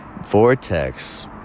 vortex